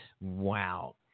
Wow